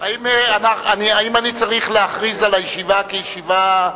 האם אני צריך להכריז על הישיבה כישיבה,